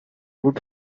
would